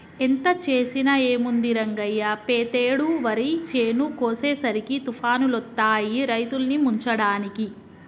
ఎంత చేసినా ఏముంది రంగయ్య పెతేడు వరి చేను కోసేసరికి తుఫానులొత్తాయి రైతుల్ని ముంచడానికి